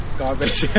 garbage